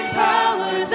power